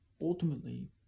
ultimately